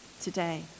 today